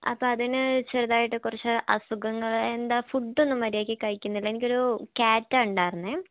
അപ്പോൾ അതിന് ചെറുതായിട്ട് കുറച്ച് അസുഖങ്ങൾ എന്താ ഫുഡൊന്നും മര്യാദയ്ക്ക് കഴിക്കുന്നില്ല എനിക്കൊരു ക്യാറ്റാ ഉണ്ടായിരുന്നത്